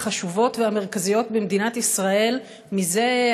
החשובות והמרכזיות במדינת ישראל מזה,